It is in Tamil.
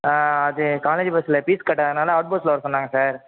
அது காலேஜி பஸ்ஸில் ஃபீஸ் கட்டாததுனால அவுட் பஸ்ஸில் வர சொன்னாங்க சார்